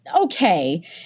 okay